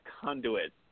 conduit